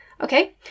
Okay